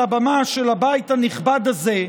על הבמה של הבית הנכבד הזה,